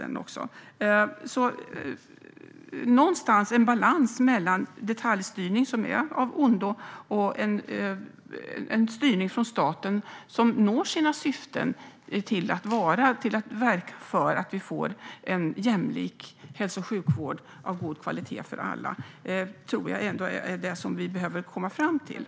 En balans mellan detaljstyrning, som är av ondo, och en styrning från staten som når sina syften - att verka för en jämlik hälso och sjukvård av god kvalitet för alla - tror jag ändå att vi behöver komma fram till.